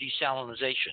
desalinization